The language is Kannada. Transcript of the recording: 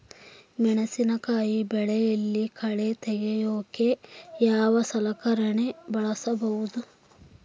ಮೆಣಸಿನಕಾಯಿ ಬೆಳೆಯಲ್ಲಿ ಕಳೆ ತೆಗಿಯೋಕೆ ಯಾವ ಸಲಕರಣೆ ಬಳಸಬಹುದು?